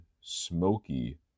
smoky